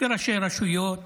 וראשי רשויות